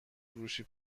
فروشی